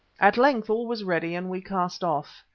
at length all was ready and we cast off.